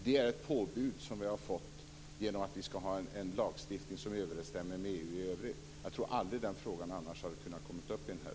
Det är ett påbud som vi har fått för att vi skall ha en lagstiftning som överensstämmer med lagstiftningen i EU i övrigt. Jag tror att frågan annars aldrig hade kunnat komma upp i riksdagen.